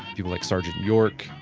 people like sergeant york,